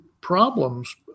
problems